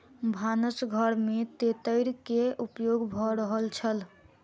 भानस घर में तेतैर के उपयोग भ रहल छल